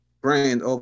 brand